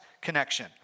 connection